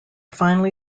finally